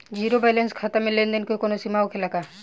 Zero balance खाता में लेन देन के कवनो सीमा होखे ला का?